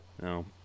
No